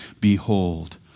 Behold